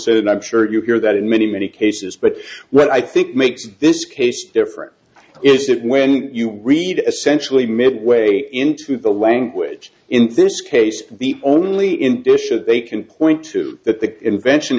and i'm sure you hear that in many many cases but what i think makes this case different is that when you read essentially midway into the language in this case the only in dishes they can point to that the invention